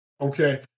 okay